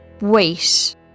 wait